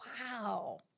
Wow